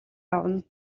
явна